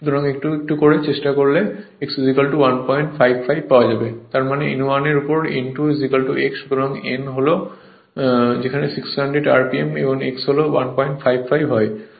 সুতরাং একটু একটু করে চেষ্টা করলে x 155 পাওয়া যাবে তার মানে n 1 এর উপর n 2 x সুতরাং n 1 হল 600 rpm এবং x হল 155 হয়